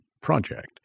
project